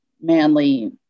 manly